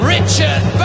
Richard